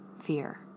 Fear